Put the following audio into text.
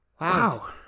wow